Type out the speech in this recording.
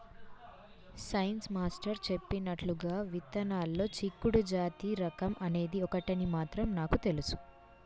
science master చెప్పినట్లుగా విత్తనాల్లో చిక్కుడు జాతి రకం అనేది ఒకటని మాత్రం నాకు తెలుసు